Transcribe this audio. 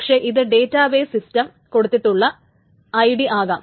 പക്ഷെ അത് database system കൊടുത്തിട്ടുള്ള ഐഡി ആകാം